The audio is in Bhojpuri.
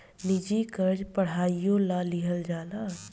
निजी कर्जा पढ़ाईयो ला लिहल जाला